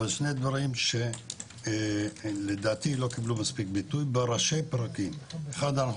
שני דברים שלדעתי לא קיבלו מספיק ביטוי בראשי פרקים: אחד אנחנו